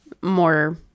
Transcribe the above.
more